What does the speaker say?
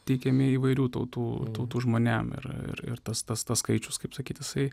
teikiami įvairių tautų tautų žmonėms ir ir tas tas tas skaičius kaip sakyt jisai